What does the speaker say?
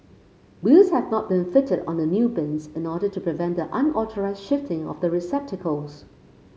wheels have not been fitted on the new bins in order to prevent the unauthorised shifting of the receptacles